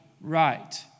right